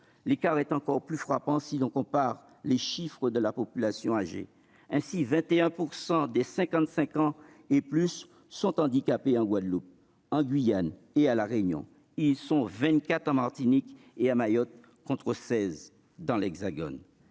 L'écart est encore plus frappant si l'on compare les chiffres de la population âgée. Ainsi, 21 % des personnes âgées de 55 ans ou plus sont handicapées en Guadeloupe, en Guyane et à La Réunion ; ils sont 24 % en Martinique et à Mayotte, contre 16 % dans l'Hexagone.